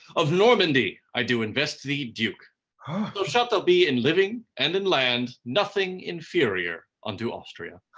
of normandy, i do invest thee duke so shalt thou be in living and in land nothing inferior unto austria.